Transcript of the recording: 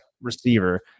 receiver